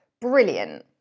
brilliant